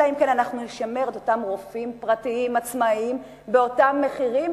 אלא אם כן אנחנו נשמר את אותם רופאים פרטיים עצמאים באותם מחירים,